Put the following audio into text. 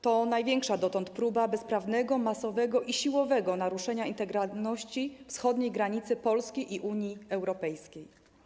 To największa dotąd próba bezprawnego, masowego i siłowego naruszenia integralności wschodniej granicy Polski i Unii Europejskiej.